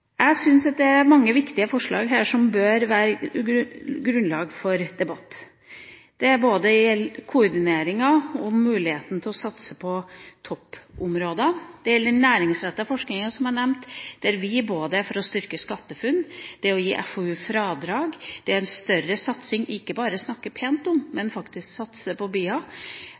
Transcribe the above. Jeg syns det er mange viktige forslag her som bør være grunnlag for debatt. Det gjelder både koordineringen og muligheten til å satse på toppområder. Det gjelder den næringsrettede forskninga, som jeg har nevnt, der vi både er for å styrke SkatteFUNN og å gi FoU fradrag. Det er en større satsing på BIA – ikke bare det å snakke pent om BIA, men faktisk å satse på